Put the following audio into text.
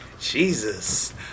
Jesus